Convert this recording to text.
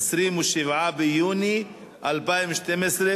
כי לא צלצלתם.